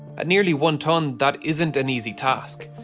nearly one tonne that isn't an easy task.